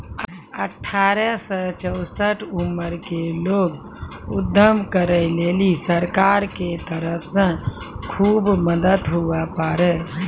अठारह से चौसठ उमर के लोग उद्यम करै लेली सरकार के तरफ से खुब मदद हुवै पारै